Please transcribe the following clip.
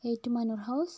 Ettumanoor house